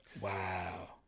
Wow